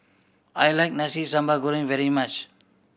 I like Nasi Sambal Goreng very much